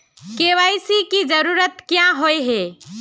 KYC की जरूरत क्याँ होय है?